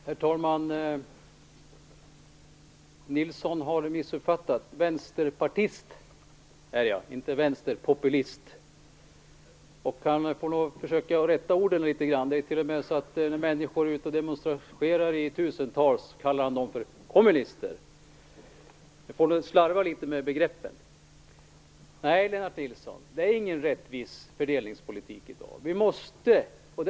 Herr talman! Lennart Nilsson har missuppfattat - vänsterpartist är jag, inte vänsterpopulist. Han får försöka att rätta orden litet grand. Det är t.o.m. så att när människor är ute och demonstrerar i tusental kallar han dem för kommunister. Man får inte slarva så med begreppen. Nej, Lennart Nilsson, dagens fördelningspolitik är inte rättvis.